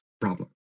problem